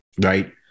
right